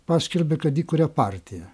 paskelbė kad ji kuria partiją